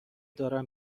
دارم